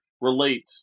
relate